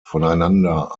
voneinander